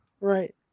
right